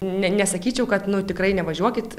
ne nesakyčiau kad nu tikrai nevažiuokit